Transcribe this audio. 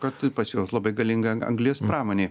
kad pas juos labai galinga anglies pramonė